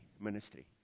Ministry